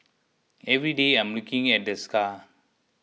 every day I'm looking at the scar